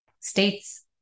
state's